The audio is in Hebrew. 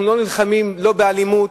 אנחנו לא נלחמים באלימות,